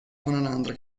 voneinander